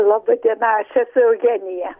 laba diena aš esu eugenija